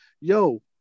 yo